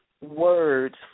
words